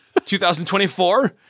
2024